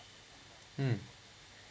mm